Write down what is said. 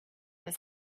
his